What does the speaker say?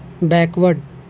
backward